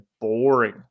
boring